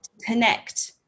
connect